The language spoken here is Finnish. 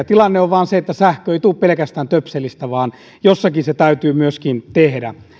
tilanne on vain se että sähkö ei tule pelkästään töpselistä vaan jossakin se täytyy myöskin tehdä